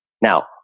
Now